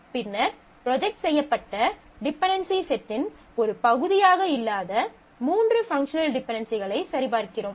பின்னர் ப்ரொஜெக்ட் செய்யப்பட்ட டிபென்டென்சி செட்டின் ஒரு பகுதியாக இல்லாத மூன்று பங்க்ஷனல் டிபென்டென்சிகளை சரிபார்க்கிறோம்